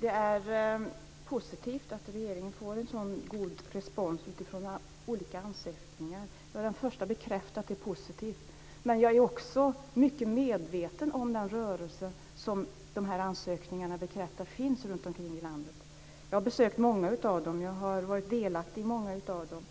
Det är positivt att regeringen får en så god respons utifrån olika ansökningar. Jag är den första att bekräfta att det är positivt. Men jag är också mycket medveten om den rörelse som de här ansökningarna bekräftar finns runt om i landet. Jag har besökt många av dem. Jag har varit delaktig i många av dem.